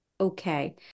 Okay